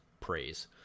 praise